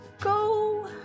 Go